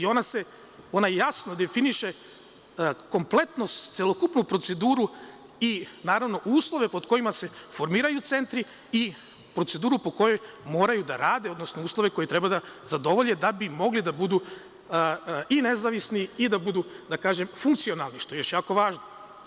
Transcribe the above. Ona jasno definiše celokupnu proceduru i uslove pod kojima se formiraju centri i proceduru po kojoj moraju da rade, odnosno, uslove koje treba da zadovolje da bi mogli da budu i nezavisni i da budu, da kažem, funkcionalni, što je jako važno.